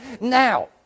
Now